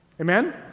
Amen